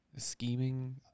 Scheming